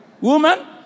woman